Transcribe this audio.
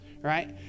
right